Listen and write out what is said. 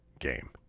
game